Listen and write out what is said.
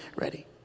ready